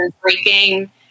breaking